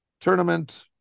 tournament